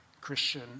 Christian